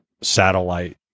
satellite